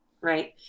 right